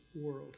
world